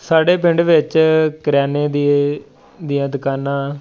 ਸਾਡੇ ਪਿੰਡ ਵਿੱਚ ਕਰਿਆਨੇ ਦੀ ਦੀਆਂ ਦੁਕਾਨਾਂ